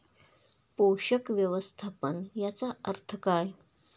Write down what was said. पोषक व्यवस्थापन याचा अर्थ काय?